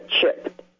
chip